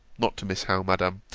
not to miss howe, madam,